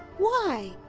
why?